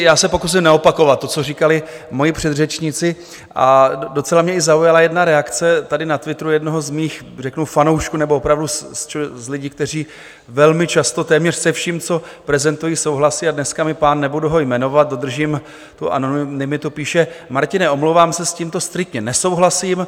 Já se pokusím neopakovat to, co říkali moji předřečníci, a docela mě zaujala jedna reakce tady na Twitteru jednoho z mých řeknu fanoušků nebo opravdu z lidí, kteří velmi často téměř se vším, co prezentuji, souhlasí, a dneska mi pán, nebudu ho jmenovat, dodržím anonymitu, píše: Martine, omlouvám se, s tímto striktně nesouhlasím.